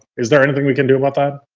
is there anything we can do about that?